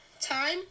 Time